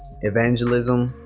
evangelism